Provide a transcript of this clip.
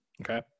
Okay